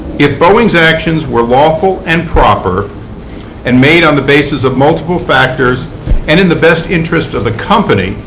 if boeing's actions were lawful and proper and made on the basis of multiple factors and in the best interest of the company,